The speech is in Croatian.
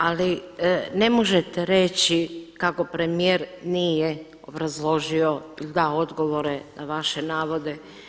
Ali ne možete reći kako premijer nije obrazložio ili dao odgovore na vaše navode.